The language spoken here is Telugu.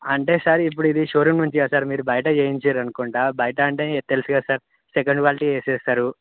అంటే సార్ ఇప్పుడు ఇది షోరూమ్ నుంచి కదా సార్ మీరు బయట చేయించారనుకుంటే బయట అంటే తెలుసు కదా సార్ సెకెండ్ క్వాలిటీ వేసేస్తారు